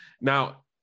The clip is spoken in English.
now